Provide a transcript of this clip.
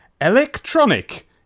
electronic